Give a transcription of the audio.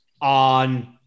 on